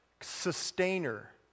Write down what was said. sustainer